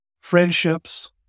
friendships